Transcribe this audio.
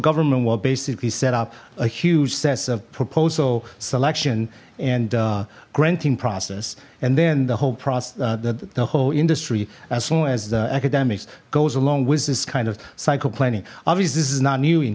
government will basically set up a huge sets of proposal selection and granting process and then the whole process that the whole industry as long as the academics goes along with this kind of psycho planning obviously this is not new in